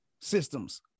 systems